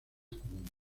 común